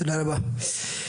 תודה רבה.